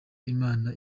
imana